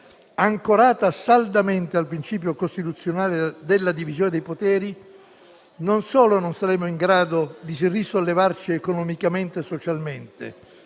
ancorata saldamente al principio costituzionale della divisione dei poteri, non solo non saremo in grado di risollevarci economicamente e socialmente,